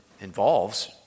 involves